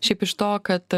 šiaip iš to kad